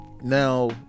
now